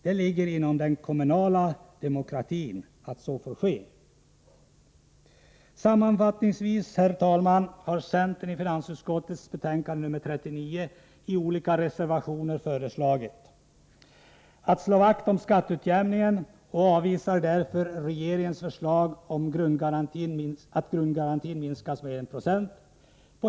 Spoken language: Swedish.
Det ligger inom den kommunala demokratin att så får ske. Sammanfattningsvis, herr talman, har centern i olika reservationer till finansutskottets betänkande nr 39 intagit följande ståndpunkter: — Centern slår vakt om skatteutjämningen och avvisar därför regeringens förslag att grundgarantin minskas med 1 96.